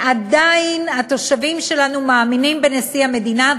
עדיין התושבים שלנו מאמינים בנשיא המדינה.